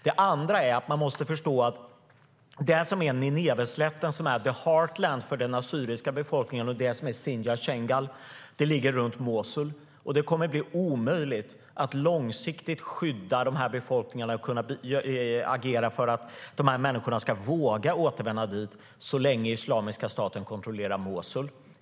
Det andra är att man måste förstå att Nineveslätten, som är the heartland för den assyriska befolkningen, och det som är Shingal/Sinjarområdet ligger runt Mosul. Det kommer att bli omöjligt att långsiktigt skydda de här befolkningarna och agera för att människor ska våga återvända dit så länge Islamiska staten kontrollerar Mosul.